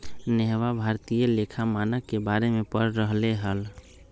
नेहवा भारतीय लेखा मानक के बारे में पढ़ रहले हल